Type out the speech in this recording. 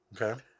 Okay